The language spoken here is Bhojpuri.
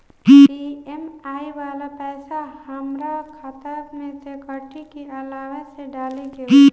ई.एम.आई वाला पैसा हाम्रा खाता से कटी की अलावा से डाले के होई?